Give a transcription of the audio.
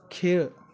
खेळ